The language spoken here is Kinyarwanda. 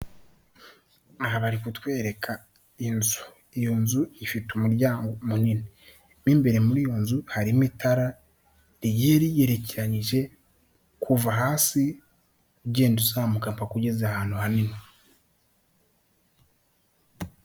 Aha bari kutwereka inzu, iyo nzu ifite umuryango munini mo imbere muri iyo nzu harimo itara rigiye rigerekeyije kuva hasi ugenda uzamuka paka ugeze ahantu hanini.